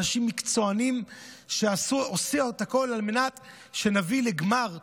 אנשים מקצוענים שעשו את הכול על מנת שנביא לגמר טוב.